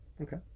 Okay